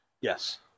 Yes